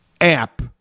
app